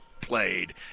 played